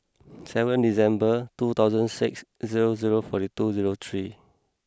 seven December two thousand six zero zero forty two zero three